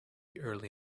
early